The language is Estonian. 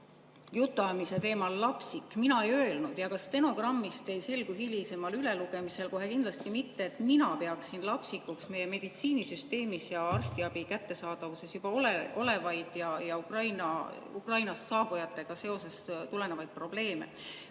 jutuajamise teemal "Lapsik". Mina ei öelnud ja ka stenogrammist ei selgu hilisemal ülelugemisel kohe kindlasti mitte, et mina peaksin lapsikuks meie meditsiinisüsteemis ja arstiabi kättesaadavuses juba olevaid ja Ukrainast saabujatega seoses [juurde] tulenevaid probleeme.